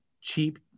cheap